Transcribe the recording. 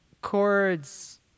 chords